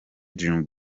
dream